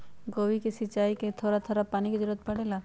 गोभी के सिचाई में का थोड़ा थोड़ा पानी के जरूरत परे ला?